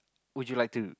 would you like to